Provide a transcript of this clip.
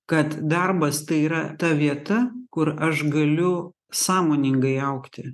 kad darbas tai yra ta vieta kur aš galiu sąmoningai augti